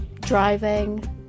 driving